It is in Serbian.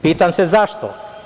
Pitam se zašto?